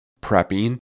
prepping